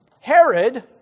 Herod